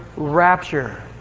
Rapture